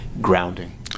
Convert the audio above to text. grounding